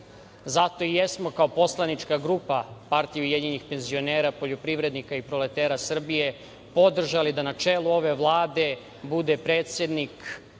Zato i jesmo kao poslanička grupa Partija ujedinjenih penzionera, poljoprivrednika i proletera Srbije, podržali da na čelu ove Vlade bude predsednik